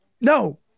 No